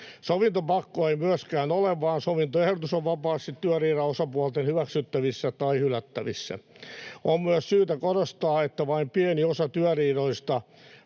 Sovintopakkoa ei myöskään ole, vaan sovintoehdotus on vapaasti työriidan osapuolten hyväksyttävissä tai hylättävissä. On myös syytä korostaa, että vain pieni osa työriidoista